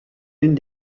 une